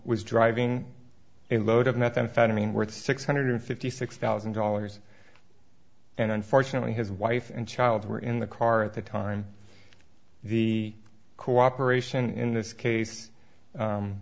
was driving a load of methamphetamine worth six hundred fifty six thousand dollars and unfortunately his wife and child were in the car at the time the cooperation in this case